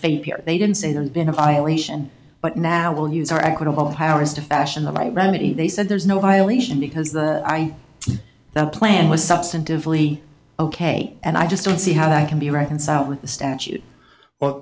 faith here they didn't say there's been a violation by now we'll use our equitable hours to fashion the right remedy they said there's no violation because the the plan was substantively ok and i just don't see how that can be reconciled with the statute or